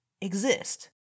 exist